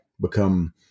become